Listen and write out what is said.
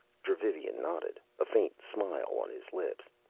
dravivian nodded, a faint smile on his lips.